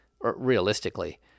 realistically